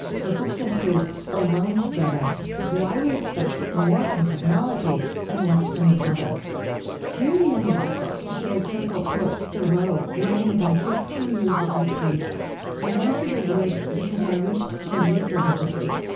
her books include alone together why we expect more from technology and less from each other near the end of that book, sherry turkle quotes thoreau writing about his two years of retreat i went to the woods because i wished to live deliberately,